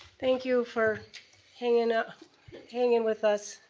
thank you for hanging ah hanging with us,